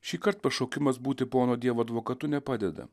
šįkart pašaukimas būti pono dievo advokatu nepadeda